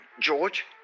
George